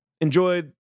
Enjoy